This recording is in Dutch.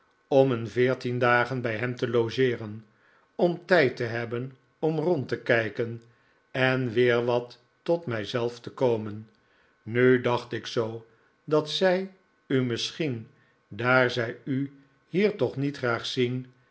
om een veertien dagen bij hem te logeeren om tijd te hebben om rond te kijken en weer wat tot mij zelf te komen nu dacht ik zoo dat zij u misschien daar zij u hier toch niet graag zien